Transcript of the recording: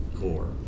core